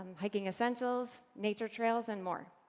hiking essentials, nature trails, and more.